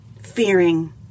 fearing